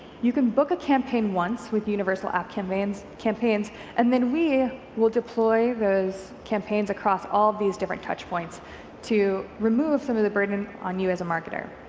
you can book a campaign once with universal app campaigns and and then we will deploy those campaigns across all these different touch points to remove some of the burden on you as a marketer.